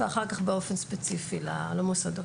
ואחר כך באופן ספציפי למוסדות.